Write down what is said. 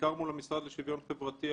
בעיקר מול המשרד לשוויון חברתי,